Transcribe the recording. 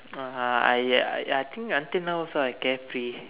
(uh huh) I I think I think until now also I carefree